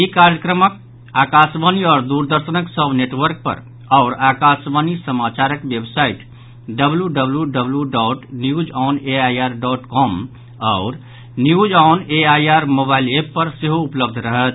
ई कार्यक्रम आकाशवाणी आओर दूरदर्शनक सभ नेटवर्क पर आओर आकाशवाणी समाचारक website W W W W dot news on AIR dot com आओर news on AIR mobile app पर सेहो उपलब्ध रहत